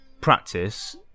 practice